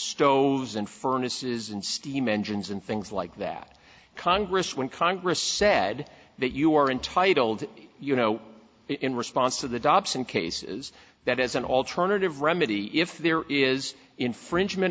stows and furnace is in steam engines and things like that congress when congress said that you are entitled you know in response to the dobson cases that as an alternative remedy if there is infringement